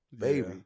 Baby